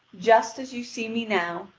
just as you see me now,